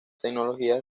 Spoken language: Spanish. tecnologías